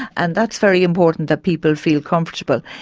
and that's very important, that people feel comfortable.